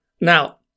Now